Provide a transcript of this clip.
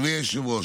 אדוני היושב-ראש,